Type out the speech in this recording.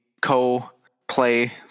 co-play